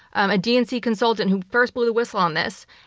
a dnc consultant who first blew the whistle on this,